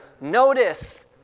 notice